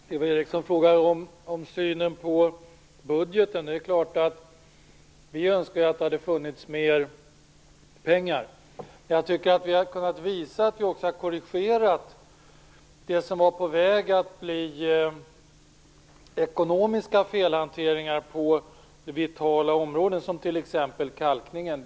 Fru talman! Eva Eriksson frågar om synen på budgeten. Det är klart att vi önskar att det hade funnits mer pengar, men jag tycker att vi också har kunnat visa att vi också har korrigerat det som var på väg att bli ekonomiska felhanteringar på vitala områden, t.ex. kalkningen.